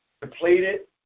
completed